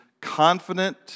confident